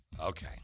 Okay